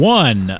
one